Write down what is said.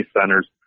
centers